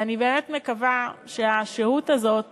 ואני באמת מקווה שהשהות הזאת